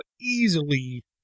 easily